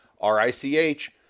R-I-C-H